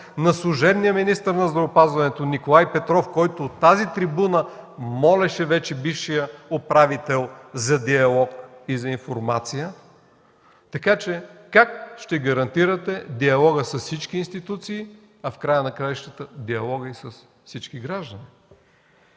как служебният министър на здравеопазването Николай Петров от тази трибуна се молеше на вече бившия управител за диалог и за информация. Как ще гарантирате диалога с всички институции, а в края на краищата и диалога с всички граждани?